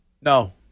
No